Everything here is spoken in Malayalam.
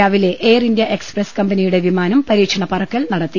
രാവിലെ എയർ ഇന്ത്യാ എക്സ്പ്രസ് കമ്പനി യുടെ വിമാനം പരീക്ഷണ പറക്കൽ നടത്തി